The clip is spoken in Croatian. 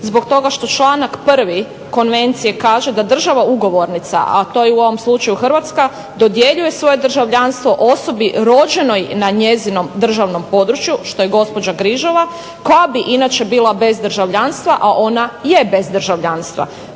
zbog toga što članak 1. Konvencije kaže da država ugovornica, a to je u ovom slučaju Hrvatska, dodjeljuje svoje državljanstvo osobi rođenoj na njezinom državnom području, što je gospođa Grižova, koja bi inače bila bez državljanstva, a ona je bez državljanstva.